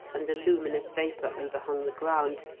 and the luminous vapour overhung the ground,